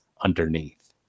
underneath